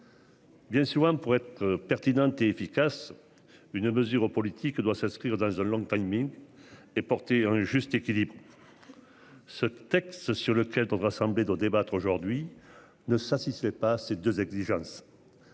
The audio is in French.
Bien souvent, pour être pertinente et efficace. Une mesure politique doit s'inscrire dans une langue timing. Et porter un juste équilibre. Ce texte, sur lequel autres assemblées de débattre aujourd'hui ne satisfait pas ces 2 exigences.